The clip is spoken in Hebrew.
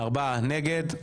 4 נגד,